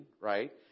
right